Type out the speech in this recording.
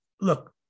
look